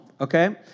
okay